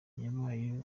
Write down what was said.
yabaye